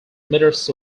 meters